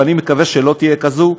ואני מקווה שלא תהיה כזאת,